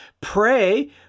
Pray